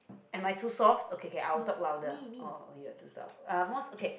am I too soft okay okay I will talk louder oh you are too soft uh most okay